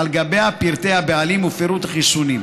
ועל גביה פרטי הבעלים ופירוט החיסונים.